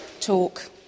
talk